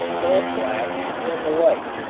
lampblack, and the like.